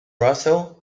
russell